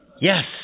Yes